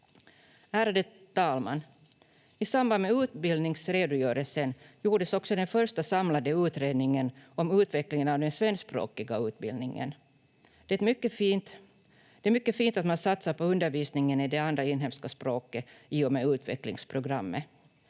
Ärade talman! I samband med utbildningsredogörelsen gjordes också den första samlade utredningen om utvecklingen av den svenskspråkiga utbildningen. Det är mycket fint att man satsar på undervisningen i det andra inhemska språket i och med utvecklingsprogrammet.